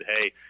hey